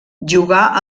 jugà